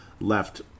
left